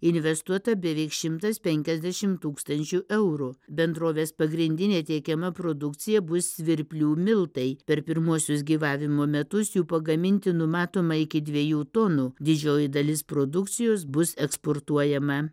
investuota beveik šimtas penkiasdešimt tūkstančių eurų bendrovės pagrindinė teikiama produkcija bus svirplių miltai per pirmuosius gyvavimo metus jų pagaminti numatoma iki dviejų tonų didžioji dalis produkcijos bus eksportuojama